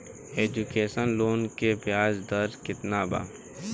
Education loan के ब्याज दर केतना बा?